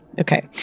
Okay